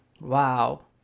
Wow